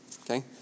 Okay